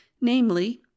namely